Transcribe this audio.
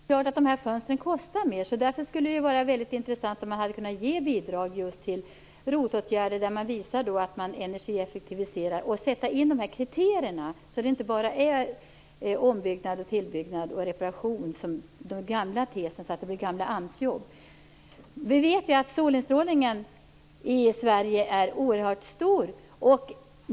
Fru talman! Det är helt klart att de här fönstren kostar mer, och därför skulle det ha varit intressant att ge bidrag just till ROT-åtgärder, för att visa att man energieffektiviserar, och att sätta in de här kriterierna. Det skulle då inte bara ha varit reparation, ombyggnad och tillbyggnad, dvs. den gamla tesen, som bara innebär gamla AMS-jobb. Vi vet att solinstrålningen i Sverige är oerhört stor.